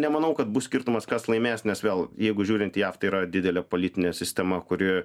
nemanau kad bus skirtumas kas laimės nes vėl jeigu žiūrint į jav tai yra didelė politinė sistema kuri